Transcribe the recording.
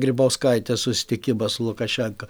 grybauskaitės susitikimą su lukašenka